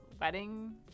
wedding